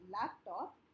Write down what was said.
laptop